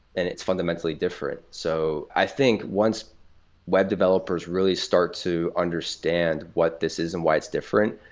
and it's fundamentally different. so i think once web developers really start to understand what this is and why it's different,